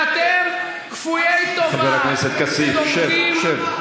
ואתם, כפויי טובה -- חבר הכנסת כסיף, שב, שב.